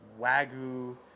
Wagyu